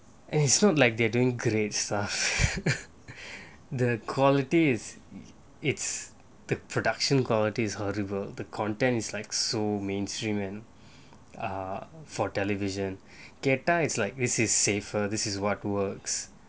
and it's not like they're doing great stuff the quality is its the production quality is horrible the content is like so mainstream and are for television girtha it's like this is safer this is what works